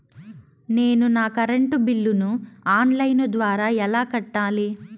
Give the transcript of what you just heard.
నేను నా కరెంటు బిల్లును ఆన్ లైను ద్వారా ఎలా కట్టాలి?